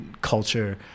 culture